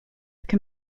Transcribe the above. can